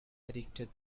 addicted